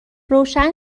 روشن